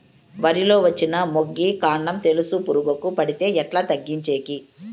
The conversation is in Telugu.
వరి లో వచ్చిన మొగి, కాండం తెలుసు పురుగుకు పడితే ఎట్లా తగ్గించేకి?